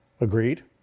Agreed